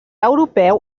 europeu